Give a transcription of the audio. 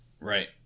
Right